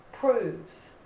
proves